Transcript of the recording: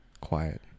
Quiet